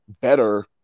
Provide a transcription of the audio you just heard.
better